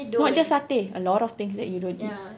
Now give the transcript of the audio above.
not just satay a lot of things that you don't eat